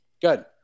Good